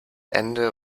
ende